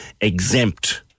exempt